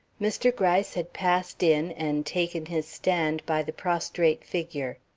mr. gryce had passed in and taken his stand by the prostrate figure.